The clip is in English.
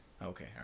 Okay